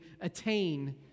attain